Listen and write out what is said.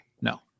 No